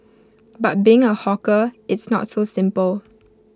but being A hawker it's not so simple